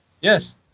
Yes